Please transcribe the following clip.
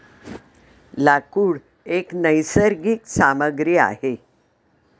लाकूड एक नैसर्गिक सामग्री आहे